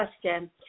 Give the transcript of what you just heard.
question